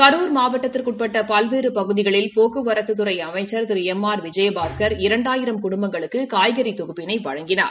கரூர் மாவட்டத்திற்கு உட்பட்ட பல்வேறு பகுதிகளில் போக்குவரத்துத் துறை அமைச்ச் திரு எம் ஆர் விஜயபாஸ்கர் இரண்டாயிரம் குடும்பங்களுக்கு காய்கறி தொகுப்பினை வழங்கினார்